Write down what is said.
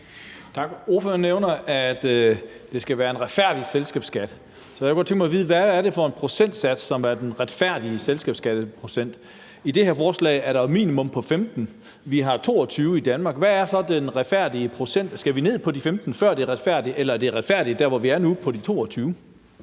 Tak. Ordføreren nævner, at det skal være en retfærdig selskabsskat, og så kunne jeg godt tænke mig at vide, hvad det er for en procentsats, som er den retfærdige selskabsskatteprocent. I det her forslag er der et minimum på 15 pct., og vi har 22 i Danmark. Hvad er så den retfærdige procent? Skal vi ned på 15, før det er retfærdigt, eller er det retfærdigt dér, hvor vi er nu på de 22